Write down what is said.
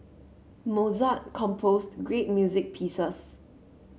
Mozart composed great music pieces